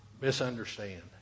misunderstand